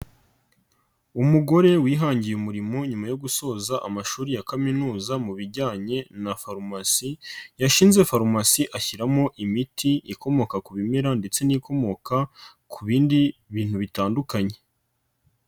Umugore wihangiye umurimo nyuma yo gusoza amashuri ya kaminuza mu bijyanye na farumasi, yashinze farumasi ashyiramo imiti ikomoka ku bimera ndetse n'ibikomoka ku bindi bintu bitandukanye.